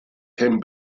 came